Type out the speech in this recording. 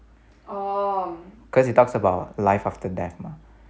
cause it talks about life after death mah